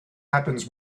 happens